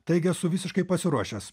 taigi esu visiškai pasiruošęs